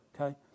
okay